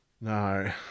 No